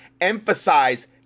emphasize